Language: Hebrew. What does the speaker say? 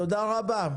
תודה רבה,